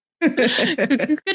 Good